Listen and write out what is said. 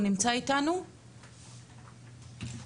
ממשרד הבינוי,